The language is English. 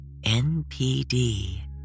NPD